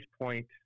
point